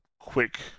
quick